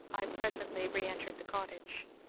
i presently re-entered the cottage.